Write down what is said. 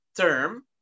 term